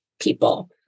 people